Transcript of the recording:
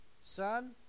Son